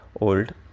old